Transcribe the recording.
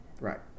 Right